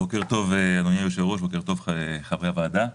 בוקר טוב, אדוני היושב-ראש, חברי הוועדה,